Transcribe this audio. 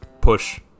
push